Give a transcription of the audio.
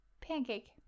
Pancake